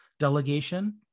delegation